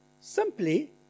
simply